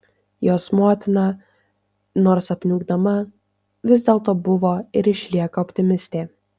jos motina nors apniukdama vis dėlto buvo ir išlieka optimistė